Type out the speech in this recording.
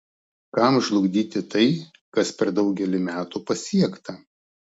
kam žlugdyti tai kas per daugelį metų pasiekta